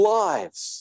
lives